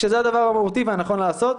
כשזה הדבר המהותי והנכון לעשות.